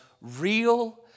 real